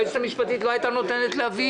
היועצת המשפטית לא היתה נותנת להביא